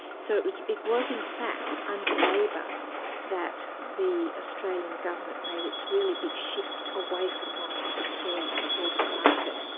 so it was it was in fact under labor that the australian government made its really big shift away from non-profit care and towards the market.